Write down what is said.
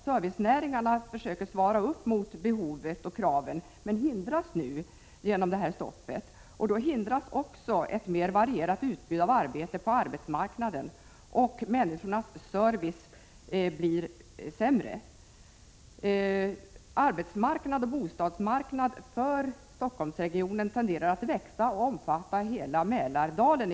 Servicenäringarna försöker tillgodose behovet och kraven men hindras nu genom det här byggstoppet. Då hindras också ett mer varierat utbud av arbete på arbetsmarknaden, och människornas service blir sämre. Arbetsmarknad och bostadsmarknad för Stockholmsregionen tenderar att växa och att egentligen omfatta hela Mälardalen.